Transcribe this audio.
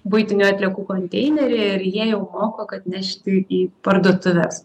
buitinių atliekų konteinerį ir jie jau moko kad nešti į parduotuves